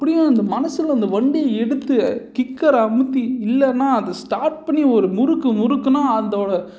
அப்படியே அந்த மனதில் அந்த வண்டியை எடுத்து கிக்கரை அமித்தி இல்லைன்னா அது ஸ்டார்ட் பண்ணி ஒரு முறுக்கு முறுக்குனால் அதோடய